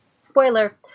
Spoiler